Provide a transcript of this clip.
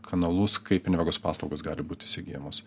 kanalus kaip invegos paslaugos gali būt įsigyjamos